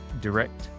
direct